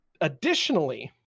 Additionally